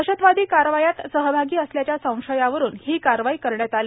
दहशतवादी कारवयात सहभागी असल्याच्या संशयावरून ही कारवाई करण्यात आली